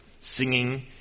singing